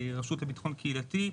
רשות לביטחון קהילתי.